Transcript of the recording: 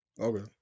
Okay